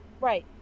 Right